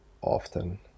often